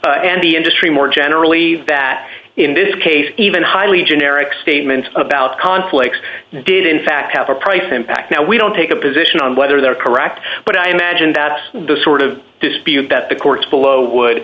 the industry more generally that in this case even highly generic statements about conflicts did in fact have a price impact now we don't take a position on whether they're correct but i imagine that the sort of dispute that the courts below would